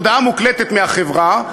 הודעה מוקלטת מהחברה,